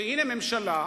והנה ממשלה,